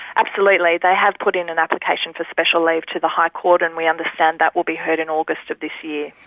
absolutely. they have put in an application for special leave to the high court and we understand that will be heard in august of this year.